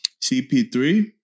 CP3